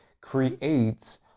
creates